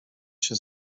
się